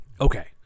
Okay